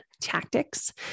tactics